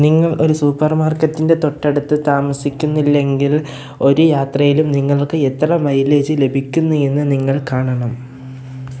നിങ്ങൾ ഒരു സൂപ്പർമാർക്കറ്റിന്റെ തൊട്ടടുത്ത് താമസിക്കുന്നില്ലെങ്കിൽ ഒരു യാത്രയിലും നിങ്ങൾക്ക് എത്ര മൈലേജ് ലഭിക്കുന്നു എന്ന് നിങ്ങൾ കാണണം